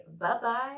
bye-bye